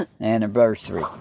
anniversary